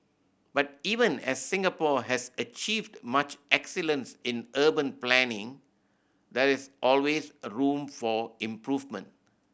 but even as Singapore has achieved much excellence in urban planning there is always a room for improvement